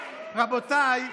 רבותיי,